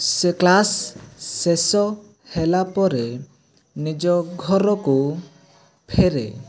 ସେ କ୍ଳାସ ଶେଷ ହେଲା ପରେ ନିଜ ଘରକୁ ଫେରେ